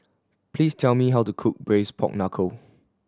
please tell me how to cook braise pork knuckle